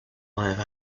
live